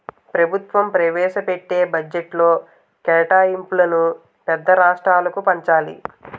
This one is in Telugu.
ప్రభుత్వం ప్రవేశపెట్టే బడ్జెట్లో కేటాయింపులను పేద రాష్ట్రాలకు పంచాలి